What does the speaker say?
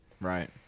Right